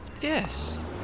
Yes